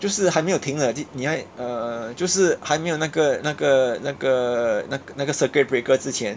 就是还没有停了你在 err 就是还没有那个那个那个那个那个 circuit breaker 之前